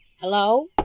Hello